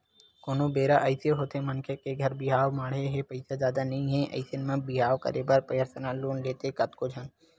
कोनो बेरा अइसे होथे मनखे के घर बिहाव माड़हे हे पइसा जादा नइ हे अइसन म बिहाव करे बर परसनल लोन लेथे कतको झन